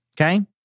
Okay